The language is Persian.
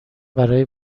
برای